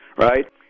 right